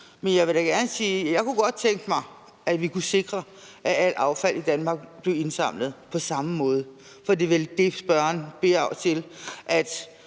Men jeg vil da gerne sige, at jeg godt kunne tænke mig, at vi kunne sikre, at alt affald i Danmark blev indsamlet på samme måde, for det er vel det, der bliver spurgt til.